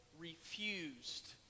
refused